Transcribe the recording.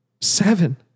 Seven